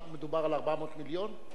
מדובר על 400 מיליון?